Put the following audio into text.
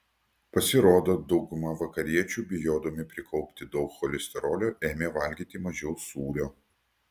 pasirodo dauguma vakariečių bijodami prikaupti daug cholesterolio ėmė valgyti mažiau sūrio